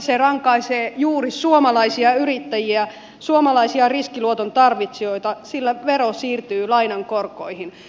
se rankaisee juuri suomalaisia yrittäjiä suomalaisia riskiluoton tarvitsijoita sillä vero siirtyy lainan korkoihin